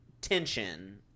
tension